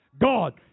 God